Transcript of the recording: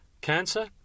Cancer